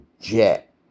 jet